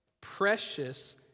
Precious